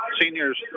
seniors